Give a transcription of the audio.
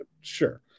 Sure